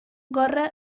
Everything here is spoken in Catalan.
corre